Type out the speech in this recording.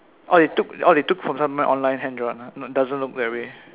or they took they took from somewhere online hand-drawn doesn't look that way